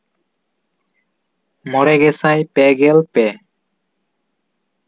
ᱢᱚᱬᱮ ᱜᱮᱥᱟᱭ ᱯᱮ ᱜᱮᱞ ᱯᱮ